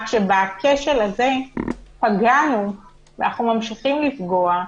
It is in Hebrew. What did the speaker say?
רק שבכשל הזה פגענו, ואנחנו ממשיכים לפגוע,